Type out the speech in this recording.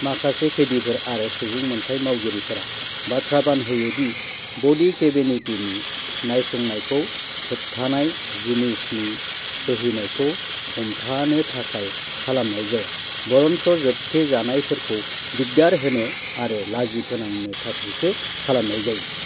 माखासे खैदिफोर आरो सुबुं मोनथाइ मावगिरिफोरा बाथ्राबान होयो दि ब'डि केविटीनि नायसंनायखौ होबथानाय जिनिसनि बोहैनायखौ हमथानो थाखाय खालामनाय जाया बरन्स' जोबथेजानायफोरखौ दिग्दार होनो आरो लाजि फोनांनो थाखायसो खालामनाय जायो